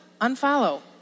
unfollow